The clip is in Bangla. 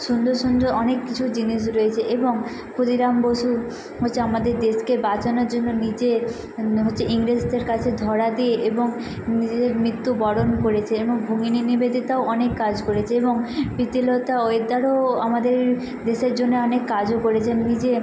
সুন্দর সুন্দর অনেক কিছু জিনিস রয়েছে এবং ক্ষুদিরাম বসু হচ্ছে আমাদের দেশকে বাঁচানোর জন্য নিজে হচ্ছে ইংরেজদের কাছে ধরা দিয়ে এবং নিজের মৃত্যু বরণ করেছে এবং ভগিনী নিবেদিতাও অনেক কাজ করেছে এবং প্রীতিলতা ওয়েদারও আমাদের দেশের জন্যে অনেক কাজও করেছে নিজে